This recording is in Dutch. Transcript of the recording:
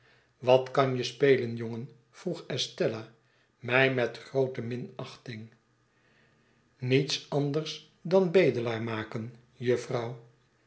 wat kan je spelen jongen vroeg estella mij met groote minachting niets anders dan bedelaar maken